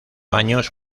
años